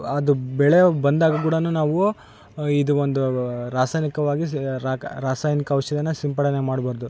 ಅದು ಬೆಳೆ ಬಂದಾಗ ಕೂಡ ನಾವೂ ಇದು ಒಂದು ರಾಸಾಯನಿಕವಾಗಿ ರಾಕ ರಾಸಾಯನಿಕ ಔಷಧಿ ಸಿಂಪಡಣೆ ಮಾಡಬಾರ್ದು